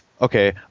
Okay